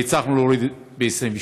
והצלחנו להוריד ב-28%.